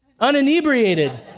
Uninebriated